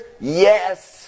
Yes